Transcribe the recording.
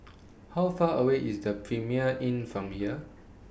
How Far away IS The Premier Inn from here